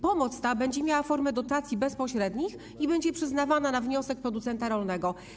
Pomoc ta będzie miała formę dotacji bezpośrednich i będzie przyznawana na wniosek producenta rolnego.